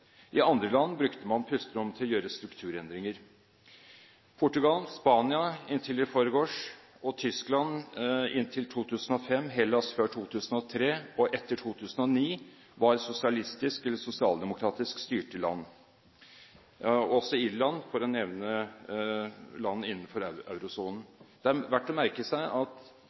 I andre land brukte man pusterommet til å gjøre strukturendringer. Portugal, Spania inntil i forgårs, Tyskland inntil 2005 og Hellas før 2003 og etter 2009 var sosialistisk eller sosialdemokratisk styrte land – og også Irland, for å nevne land innenfor eurosonen. Det er verdt å merke seg at